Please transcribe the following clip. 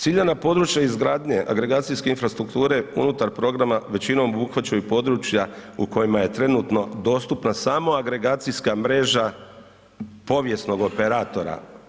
Ciljana područja izgradnje agregacijske infrastrukture unutar programa većinom obuhvaćaju područja u kojima je trenutno dostupna samo agregacijska mreža povijesnog operatora.